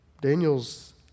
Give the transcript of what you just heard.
Daniel's